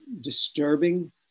disturbing